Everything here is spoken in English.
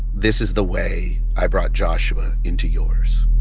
this is the way i brought joshua into yours.